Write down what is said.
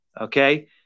Okay